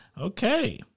Okay